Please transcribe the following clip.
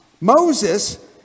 Moses